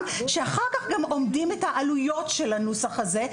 שאחר-כך הם אומדים את העלויות של הנוסח הזה,